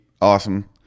awesome